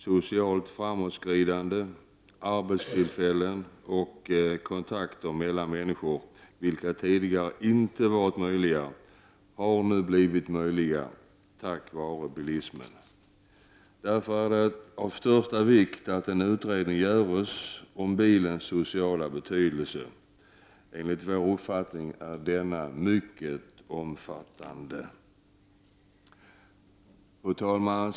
Socialt framåtskridande, arbetstillfällen och kontakter mellan människor, vilka tidigare inte varit möjliga, har nu blivit möjliga tack vare bilismen. Därför är det av största vikt att en utredning görs om bilens sociala betydelse. Enligt vår uppfattning är denna betydelse mycket omfattande. Fru talman!